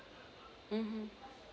mmhmm